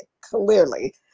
clearly